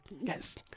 Yes